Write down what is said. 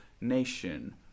nation